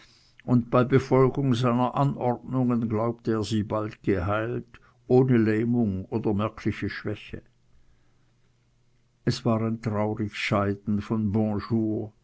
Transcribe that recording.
und bei befolgung seiner anordnungen glaubte er sie bald geheilt ohne lähmung oder merkliche schwäche es war ein traurig scheiden von